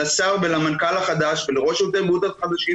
לשר ולמנכ"ל החדש ולראש שירות הבריאות החדשים